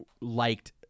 liked